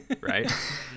right